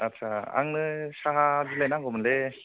आदसा आंनो साहा बिलाइ नांगौमोनलै